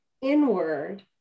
inward